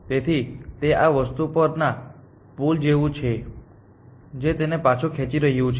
તેથી તે આ વસ્તુ પરના પુલ જેવું છે જે તેને પાછું ખેંચી રહ્યું છે